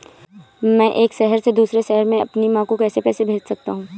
मैं एक शहर से दूसरे शहर में अपनी माँ को पैसे कैसे भेज सकता हूँ?